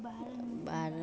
ॿारनि